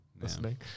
listening